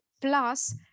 plus